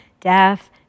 death